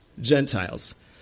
Gentiles